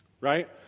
Right